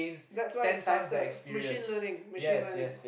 that's why it's faster machine learning machine learning